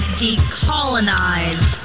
decolonize